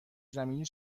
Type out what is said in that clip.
زمینی